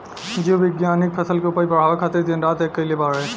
जीव विज्ञानिक फसल के उपज बढ़ावे खातिर दिन रात एक कईले बाड़े